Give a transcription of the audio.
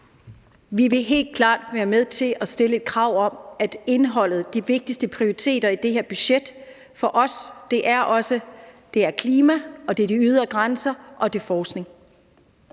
Vi vil helt klart være med til at stille et krav om indholdet. De vigtigste prioriteter for os i det her budget er klima, de ydre grænser og forskning.